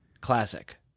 Classic